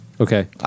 Okay